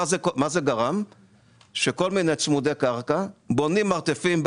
זה גרם לכך שכל מיני צמודי קרקע בונים מרתפים,